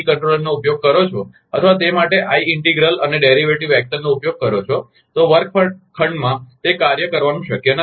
કંટ્રોલરનો ઉપયોગ કરો છો અથવા તે માટે તમારી આઇ ઇન્ટિગલ અને ડેરિવેટિવ એક્શનનો ઉપયોગ કરો છો તો વર્ગખંડમાં તે કાર્ય કરવાનું શક્ય નથી